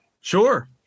Sure